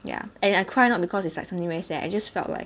ya and I cry not because it's like something very sad I just felt like